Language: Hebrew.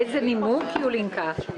באיזה נימוק, יולינקה?